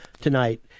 tonight